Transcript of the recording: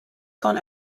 gone